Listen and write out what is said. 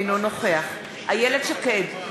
אינו נוכח איילת שקד,